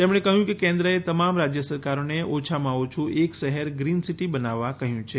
તેમણે કહ્યું કે કેન્દ્રએ તમામ રાજ્ય સરકારોને ઓછામાં ઓછું એક શહેર ગ્રીન સિટી બનાવવા કહ્યું છે